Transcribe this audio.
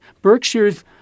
Berkshire's